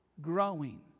growing